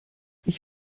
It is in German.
ich